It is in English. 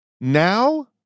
Now